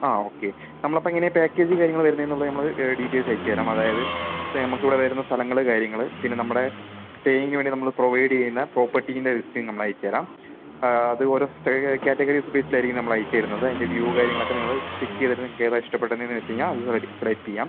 ആ ഓക്കെ നമ്മളപ്പോൾ എങ്ങനെയാണ് പാക്കേജ് കാര്യങ്ങൾ വരുന്നതെന്നുള്ളത് നമ്മൾ ഡീറ്റെയിൽസ് അയച്ചു തരാം അതായത് ഇപ്പം നമുക്കിവിടെ വരുന്ന സ്ഥലങ്ങൾ കാര്യങ്ങൾ പിന്നെ നമ്മുടെ സ്റ്റേയിങ്ങിന് വേണ്ടി നമ്മൾ പ്രൊവൈഡ് ചെയ്യുന്ന പ്രോപ്പർട്ടിൻ്റെ ലിസ്റ്റും നമ്മളയച്ച് തരാം അത് ഓരോ സ്റ്റേ കാറ്റഗറി വെച്ച് ബേസിലായിരിക്കും നമ്മൾ അയച്ചുതരുന്നത് അതിൻ്റെ വ്യൂ കാര്യങ്ങളൊക്കെ നിങ്ങൾ ചെക്ക് ചെയ്തിട്ട് നിങ്ങൾക്കേതാണ് ഇഷ്ടപ്പെട്ടതെന്ന് വെച്ചുകഴിഞ്ഞാൽ അത് സെലക്ട് ചെയ്യാം